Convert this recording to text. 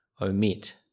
omit